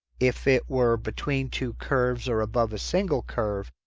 if it were between two curves or above a single curve.